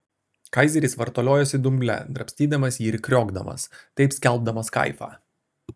kaizeris vartaliojosi dumble drabstydamas jį ir kriokdamas taip skelbdamas kaifą